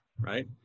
right